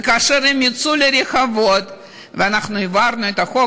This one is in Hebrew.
וכאשר הם יצאו לרחובות והעברנו את החוק,